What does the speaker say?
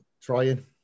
trying